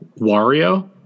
Wario